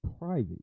private